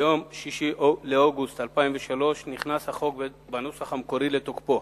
ביום 6 באוגוסט 2003 נכנס החוק בנוסח המקורי לתוקפו.